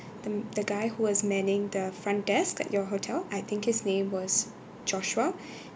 the the guy who was manning the front desk at your hotel I think his name was joshua